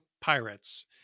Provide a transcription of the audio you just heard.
pirates